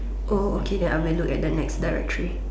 oh okay then I will look at the next directory